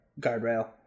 guardrail